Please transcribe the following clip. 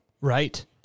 right